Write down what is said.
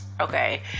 okay